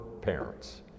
parents